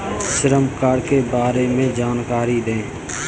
श्रम कार्ड के बारे में जानकारी दें?